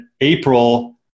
April